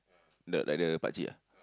the like the Pakcik ah